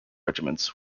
regiments